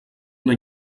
una